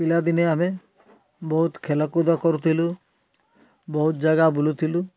ପିଲାଦିନେ ଆମେ ବହୁତ ଖେଲକୁଦ କରୁଥିଲୁ ବହୁତ ଜାଗା ବୁଲୁଥିଲୁ